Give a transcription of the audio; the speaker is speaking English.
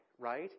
right